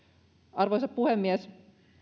arvoisa puhemies